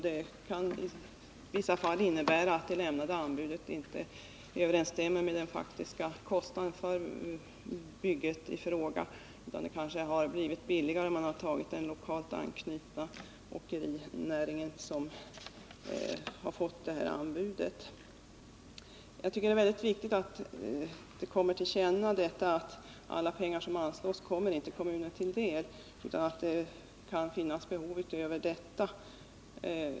Det kan i vissa fall innebära att det lämnade anbudet inte överensstämmer med den faktiska kostnaden för bygget i fråga, utan att det kanske hade blivit billigare om man anlitat det lokalt anknutna åkeriföretaget. Jag tycker det är viktigt att det kommer fram att alla pengar som anslås inte kommer kommunen till del och att det kan finnas behov utöver detta.